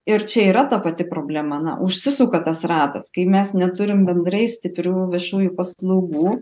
ir čia yra ta pati problema na užsisuka tas ratas kai mes neturim bendrai stiprių viešųjų paslaugų